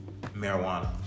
marijuana